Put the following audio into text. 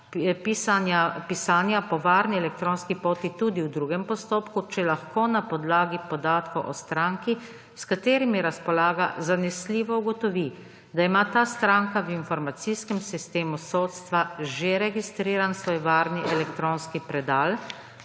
pisanja po varni elektronski poti tudi v drugem postopku, če lahko na podlagi podatkov o stranki, s katerimi razpolaga, zanesljivo ugotovi, da ima ta stranka v informacijskem sistemu sodstva že registriran svoj varni elektronski predal